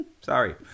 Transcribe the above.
sorry